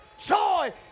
joy